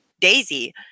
Daisy